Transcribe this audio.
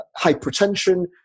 hypertension